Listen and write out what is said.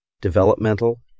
developmental